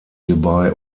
hierbei